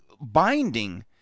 binding